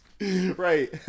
right